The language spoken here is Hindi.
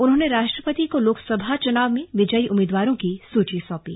उन्होंने राष्ट्रपति को लोकसभा चुनाव में विजयी उम्मीदवारों की सुची सौंपी